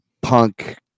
Punk